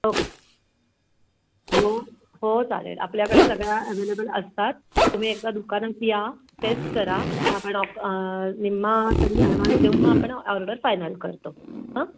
okay हो हो चालेल आपल्याकडे सगळ्या ॲवेलेबल असतात तुम्ही एकदा दुकानात या टेस्ट करा मग आपण ऑ निम्मा तरी ॲडव्हान्स देऊन मग आपण ऑर्डर फायनल करतो हां